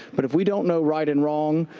but if we don't know right and wrong,